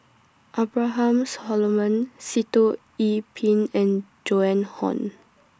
Abraham Solomon Sitoh Yih Pin and Joan Hon